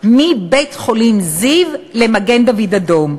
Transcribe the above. מבית-החולים זיו למגן-דוד-אדום,